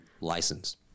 license